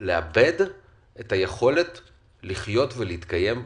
לאבד את היכולת לחיות ולהתקיים בכבוד.